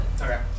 Okay